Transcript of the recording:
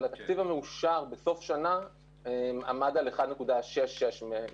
אבל יוצא שאנחנו שומעים את זה עוד פעם.